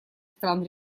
стран